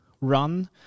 run